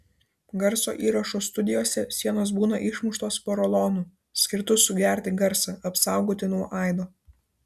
garso įrašų studijose sienos būna išmuštos porolonu skirtu sugerti garsą apsaugoti nuo aido